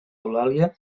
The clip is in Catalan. eulàlia